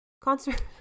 Concert